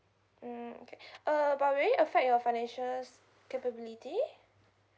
mm okay uh but will it affect your financials capability